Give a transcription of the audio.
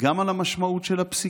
וגם על המשמעות של הפסיקה.